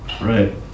Right